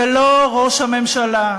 זה לא ראש הממשלה.